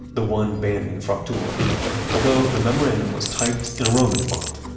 the one banning and fraktur. although the memorandum was typed in roman font,